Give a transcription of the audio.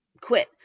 quit